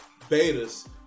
betas